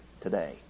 today